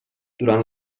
durant